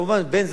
בין זה לבין זה,